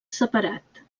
separat